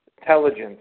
intelligence